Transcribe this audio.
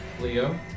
Leo